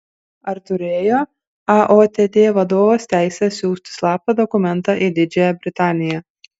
ar turėjo aotd vadovas teisę siųsti slaptą dokumentą į didžiąją britaniją